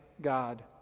God